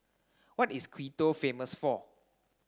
what is Quito famous for